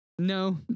No